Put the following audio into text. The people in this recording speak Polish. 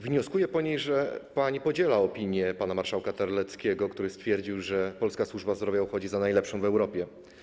Wnioskuję po niej, że pani podziela opinię pana marszałka Terleckiego, który stwierdził, że polska służba zdrowia uchodzi za najlepszą w Europie.